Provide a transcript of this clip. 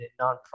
nonprofit